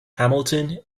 hamilton